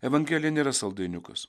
evangelija nėra saldainiukas